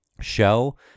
show